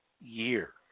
year